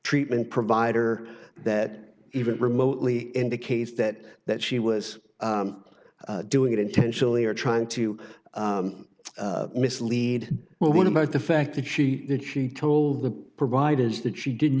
treatment provider that even remotely indicates that that she was doing it intentionally or trying to mislead well what about the fact that she did she told the providers that she didn't